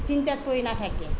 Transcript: চিন্তাত পৰি নাথাকে